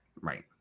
right